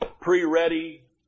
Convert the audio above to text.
pre-ready